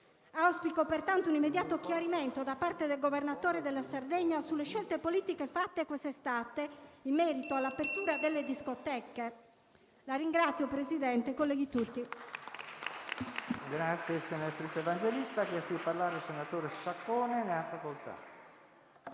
Auspico pertanto un immediato chiarimento da parte del Governatore della Sardegna sulle scelte politiche fatte quest'estate in merito all'apertura delle discoteche.